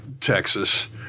Texas